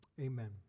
amen